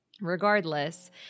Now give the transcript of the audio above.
Regardless